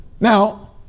Now